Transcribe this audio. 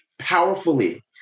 powerfully